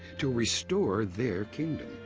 to restore their kingdom.